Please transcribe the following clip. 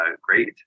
great